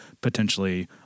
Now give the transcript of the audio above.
potentially